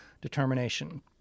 determination